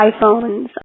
iPhones